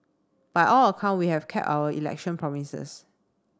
by all account we have kept our election promises